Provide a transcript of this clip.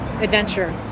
Adventure